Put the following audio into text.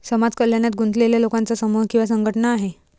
समाज कल्याणात गुंतलेल्या लोकांचा समूह किंवा संघटना आहे